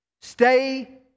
Stay